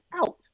out